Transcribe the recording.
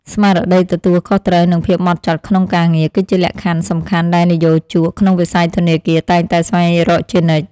ស្មារតីទទួលខុសត្រូវនិងភាពហ្មត់ចត់ក្នុងការងារ គឺជាលក្ខខណ្ឌសំខាន់ដែលនិយោជកក្នុងវិស័យធនាគារតែងតែស្វែងរកជានិច្ច។